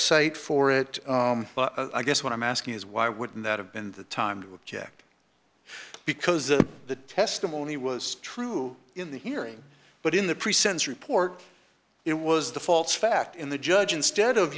cite for it but i guess what i'm asking is why wouldn't that have been the time to object because the testimony was true in the hearing but in the pre sentence report it was the false fact in the judge instead of